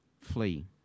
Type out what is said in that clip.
flee